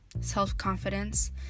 self-confidence